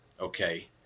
okay